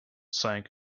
sank